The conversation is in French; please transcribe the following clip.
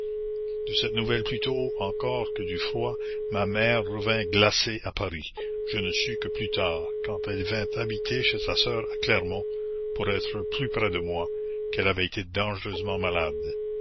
de cette nouvelle plutôt encore que du froid ma mère revint glacée à paris je ne sus que plus tard quand elle vint habiter chez sa sœur à clermont pour être plus près de moi qu'elle avait été dangereusement malade